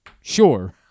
sure